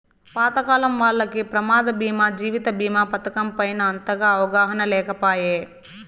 పాతకాలం వాల్లకి ప్రమాద బీమా జీవిత బీమా పతకం పైన అంతగా అవగాహన లేకపాయె